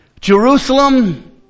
Jerusalem